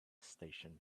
station